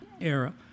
era